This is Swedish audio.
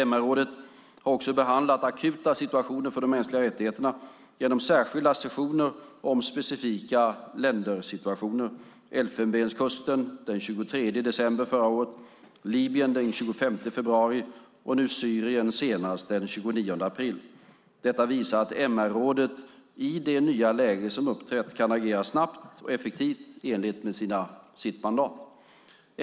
MR-rådet har också behandlat akuta situationer för de mänskliga rättigheterna genom särskilda sessioner om specifika ländersituationer: Elfenbenskusten den 23 december förra året, Libyen den 25 februari och nu Syrien senast den 29 april. Detta visar att MR-rådet, i det nya läge som uppträtt, kan agera snabbt och effektivt i enlighet med sitt mandat.